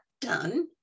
done